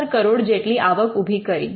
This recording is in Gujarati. ૫ કરોડ જેટલી આવક ઊભી કરી